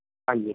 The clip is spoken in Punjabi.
ਹਾਂਜੀ